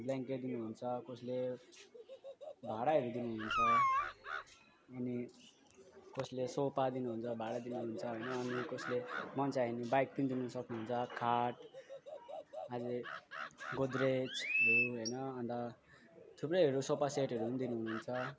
blanket दिनु हुन्छ कसले भाँडाहरू दिनु हुन्छ अनि कसले सोफा दिनु हुन्छ भाँडा दिनु हुन्छ होइन अनि कसले मन चाहियो भने बाइक पनि दिन सक्नु हुन्छ खाट अझ गोद्रेजहरू होइन अन्त थुप्रैहरू सोफा सेटहरू पनि दिनु हुन्छ